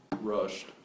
rushed